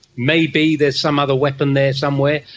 maybe there's some other weapon there somewhere.